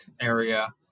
area